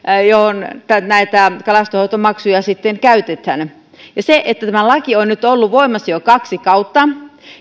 joihin näitä kalastonhoitomaksuja sitten käytetään tämä laki on nyt ollut voimassa jo kaksi kautta